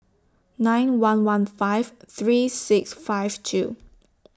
nine one one five three six five two